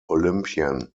olympian